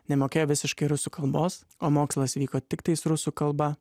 nemokėjo visiškai rusų kalbos o mokslas vyko tiktais rusų kalba